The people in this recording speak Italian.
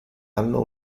anno